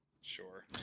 Sure